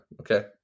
okay